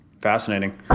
Fascinating